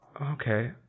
Okay